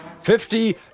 Fifty